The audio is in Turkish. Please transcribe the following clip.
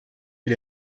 bir